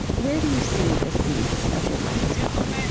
where do you see the seeds of your life as a poet?